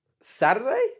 Saturday